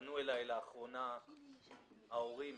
פנו אליי לאחרונה ההורים